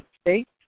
States